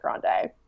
Grande